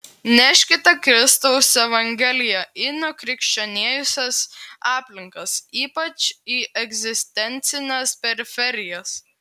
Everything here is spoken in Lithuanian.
neškite kristaus evangeliją į nukrikščionėjusias aplinkas ypač į egzistencines periferijas